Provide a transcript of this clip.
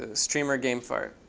ah streamer game fart.